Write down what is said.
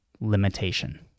limitation